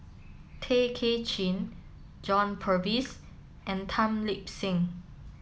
Tay Kay Chin John Purvis and Tan Lip Seng